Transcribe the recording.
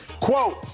quote